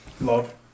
Love